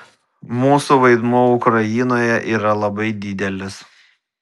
mūsų vaidmuo ukrainoje yra labai didelis